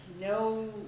no